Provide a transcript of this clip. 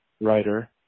writer